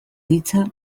hitza